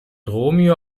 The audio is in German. romeo